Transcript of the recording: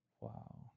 Wow